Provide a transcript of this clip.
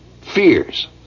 fears